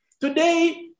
today